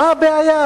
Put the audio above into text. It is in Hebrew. מה הבעיה?